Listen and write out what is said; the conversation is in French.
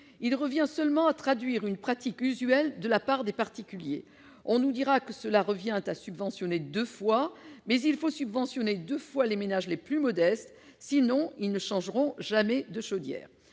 Il revient seulement à traduire une pratique usuelle de la part des particuliers. On nous dira que cela revient à subventionner deux fois, mais cela est nécessaire pour les ménages les plus modestes, sinon ils ne changeront jamais de chaudière.